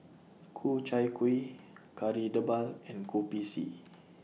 Ku Chai Kuih Kari Debal and Kopi C